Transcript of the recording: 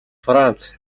франц